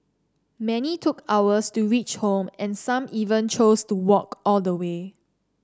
many took hours to reach home and some even chose to walk all the way